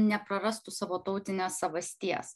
neprarastų savo tautinės savasties